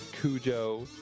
Cujo